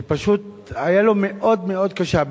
שפשוט היה לו מאוד מאוד קשה.